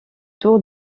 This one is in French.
tour